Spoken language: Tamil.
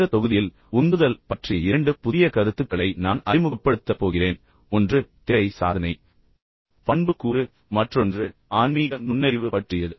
இந்த தொகுதியில் உந்துதல் பற்றிய இரண்டு புதிய கருத்துக்களை நான் அறிமுகப்படுத்தப் போகிறேன் ஒன்று தேவை சாதனை பண்புக்கூறு மற்றொன்று ஆன்மீக நுண்ணறிவு பற்றியது